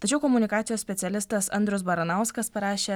tačiau komunikacijos specialistas andrius baranauskas parašė